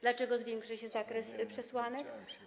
Dlaczego zwiększy się zakres przesłanek?